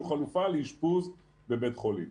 זו חלופה לאשפוז בבית חולים,